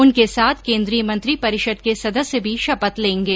उनके साथ केन्द्रीय मंत्री परिषद के सदस्य भी शपथ लेंगे